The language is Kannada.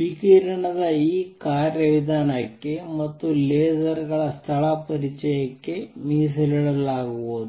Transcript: ವಿಕಿರಣದ ಈ ಕಾರ್ಯವಿಧಾನಕ್ಕೆ ಮತ್ತು ಲೇಸರ್ಗಳ ಸ್ಥಳ ಪರಿಚಯಕ್ಕೆ ಮೀಸಲಿಡಲಾಗುವುದು